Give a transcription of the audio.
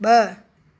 ब॒